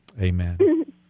Amen